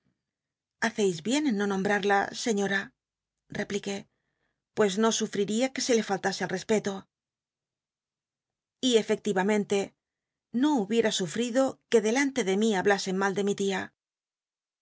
haceis bien en no nombtal'la señora repliqué pues no sufriría que se le fallase al respeto y efecti amcnlc no hubiem sufl'ido que delante de mí hablasen mal de mi tia